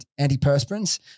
antiperspirants